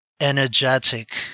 energetic